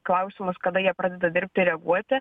klausimus kada jie pradeda dirbti reaguoti